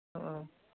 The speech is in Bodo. औ